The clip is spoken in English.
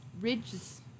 Ridge's